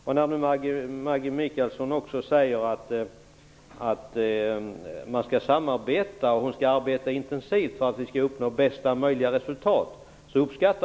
Jag uppskattar att Maggi Mikaelsson nu säger att hon skall samarbeta och arbeta intensivt för att vi skall uppnå bästa möjliga resultat.